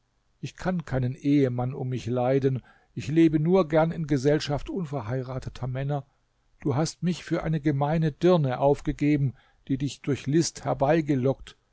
ich kann keinen ehemann um mich leiden ich lebe nur gern in gesellschaft unverheirateter männer du hast mich für eine gemeine dirne aufgegeben die dich durch list